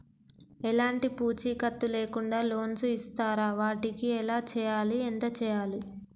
ఎలాంటి పూచీకత్తు లేకుండా లోన్స్ ఇస్తారా వాటికి ఎలా చేయాలి ఎంత చేయాలి?